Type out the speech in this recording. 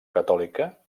catòlica